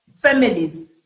families